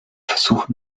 versuch